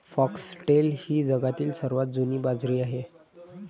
foxtail ही जगातील सर्वात जुनी बाजरी आहे